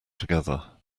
together